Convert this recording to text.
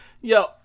Yo